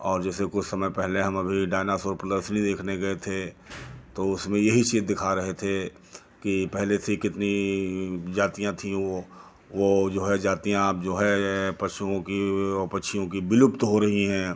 और जैसे कुछ समय पहले हम अभी डायनासोर प्रदर्शनी देखने गए थे तो उसमें यही चीज दिखा रहे थे कि पहले से कितनी जातियाँ थी वो वो जो है जातियां अब जो है पशुओं की पक्षियों की विलुप्त हो रही हैं